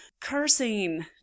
cursing